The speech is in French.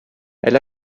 elle